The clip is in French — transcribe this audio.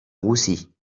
roussi